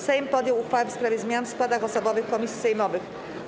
Sejm podjął uchwałę w sprawie zmian w składach osobowych komisji sejmowych.